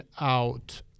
out